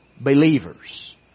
believers